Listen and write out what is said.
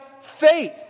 faith